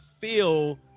feel